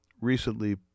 recently